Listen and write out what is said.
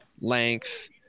length